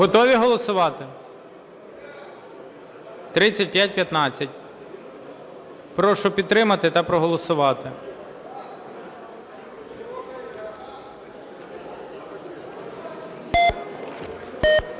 Готові голосувати? 3515. Прошу підтримати та проголосувати.